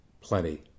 plenty